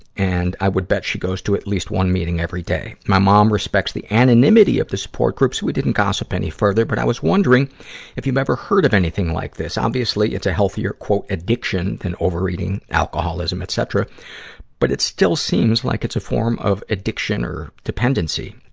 and i would bet she goes to at least one meeting every day. my mom respects the anonymity of the support groups. we didn't gossip any further, but i was wondering if you ever heard of anything like this. obviously, it's a healthier addiction than overeating, alcoholism, etcetera but it still seems like it's a form of addiction or dependency.